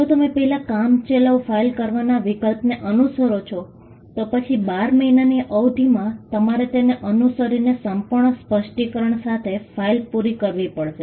જો તમે પહેલા કામચલાઉ ફાઇલ કરવાના વિકલ્પને અનુસરો છો તો પછી 12 મહિનાની અવધિમાં તમારે તેને અનુસરીને સંપૂર્ણ સ્પષ્ટીકરણ સાથે ફાઇલ પૂરી કરવી પડશે